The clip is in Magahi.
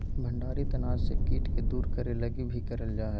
भंडारित अनाज से कीट के दूर करे लगी भी करल जा हइ